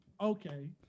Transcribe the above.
Okay